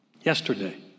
Yesterday